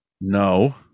No